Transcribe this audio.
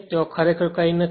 તેથી ત્યાં ખરેખર કંઈ નથી